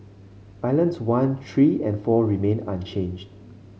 islands one three and four remained unchanged